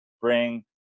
bring